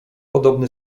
podobny